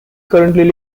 currently